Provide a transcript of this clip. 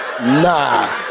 Nah